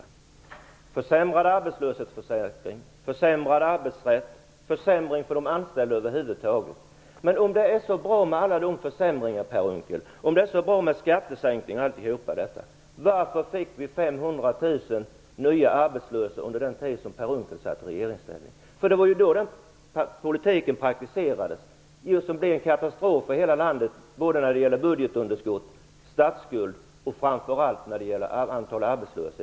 Är det försämrad arbetslöshetsförsäkring, försämrad arbetsrätt och försämringar för de anställda över huvud taget? Om det är så bra med alla dessa försämringar och om det är så bra med skattesänkningar och allt detta, varför fick vi då Unckels parti satt i regeringsställning? Det var ju då den politiken praktiserades, och det blev en katastrof för hela landet med budgetunderskott, ökad statsskuld och framför allt ett ökat antal arbetslösa.